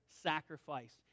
sacrifice